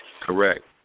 Correct